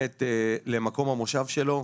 למקום המושב שלו.